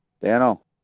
Daniel